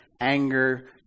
anger